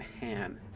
hand